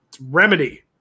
Remedy